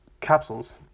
capsules